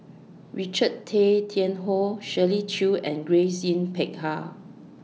Richard Tay Tian Hoe Shirley Chew and Grace Yin Peck Ha